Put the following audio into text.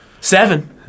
seven